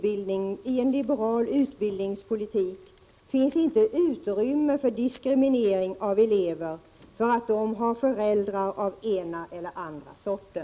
I en liberal utbildningspolitik finns det inte utrymme för diskriminering av elever därför att de har föräldrar av den ena eller andra sorten.